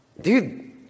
dude